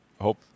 hope